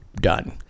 done